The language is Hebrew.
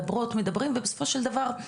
מדברות ומדברים ובסופו של דבר,